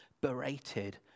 berated